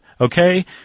Okay